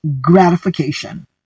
gratification